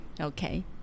okay